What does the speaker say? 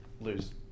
lose